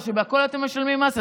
או שבכול אתם משלמים מס?